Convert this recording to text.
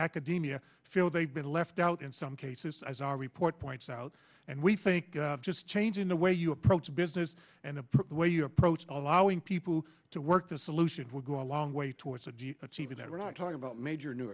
academia feel they've been left out in some cases as our report points out and we think just changing the way you approach business and the way you approach allowing people to work the solutions will go a long way towards achieving that we're not talking about major new